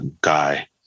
guy